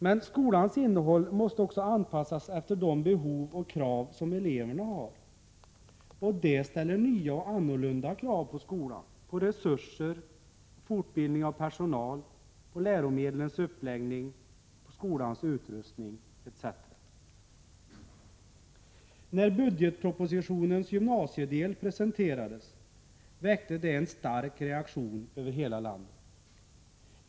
Men skolans innehåll måste också anpassas efter de behov och krav som eleverna har, och det ställer nya och annorlunda krav på skolan, resurserna, fortbildningen av personal, läromedlens uppläggning, skolans utrustning etc. När budgetpropositionens gymnasiedel presenterades väckte den en stark reaktion över hela landet.